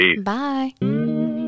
Bye